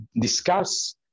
discuss